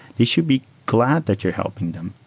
you should be glad that you are helping them.